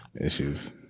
Issues